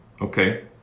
Okay